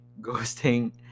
ghosting